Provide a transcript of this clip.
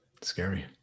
scary